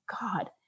God